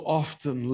often